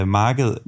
marked